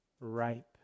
ripe